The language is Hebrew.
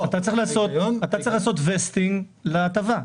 אתה צריך לעשות וסטינג להטבה.